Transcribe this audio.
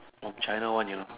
from China one you know